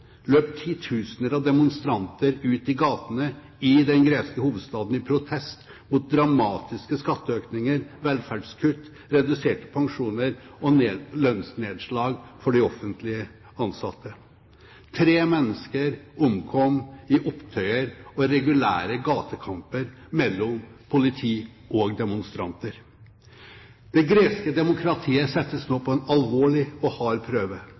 av demonstranter ut i gatene i den greske hovedstaden i protest mot dramatiske skatteøkninger, velferdskutt, reduserte pensjoner og lønnsnedslag for de offentlige ansatte. Tre mennesker omkom i opptøyer og regulære gatekamper mellom politi og demonstranter. Det greske demokratiet settes nå på en alvorlig og hard prøve.